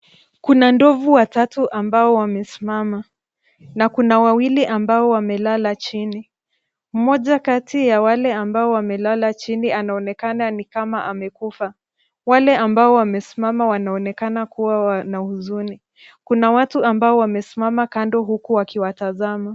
Kuna ndovu watatu ambao wamesimama, na kuna wawili ambao wamelala chini. Mmoja kati ya wale ambao wamelala chini anaonekana ni kama amekufa, wale ambao wamesimama wanaonekana kuwa wana huzuni. Kuna watu ambao wamesimama kando huku wakiwatazama.